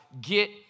get